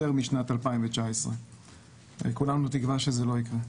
משנת 2019. כולנו תקווה שזה לא יקרה.